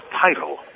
title